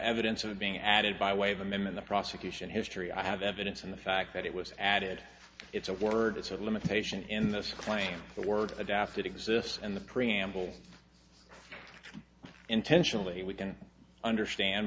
evidence of being added by way of them in the prosecution history i have evidence in the fact that it was added it's a word it's a limitation in this claim the word adapted exists in the preamble intentionally we can understand